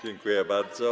Dziękuję bardzo.